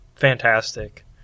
Fantastic